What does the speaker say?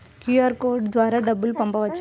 QR code ద్వారా డబ్బులు పంపవచ్చా?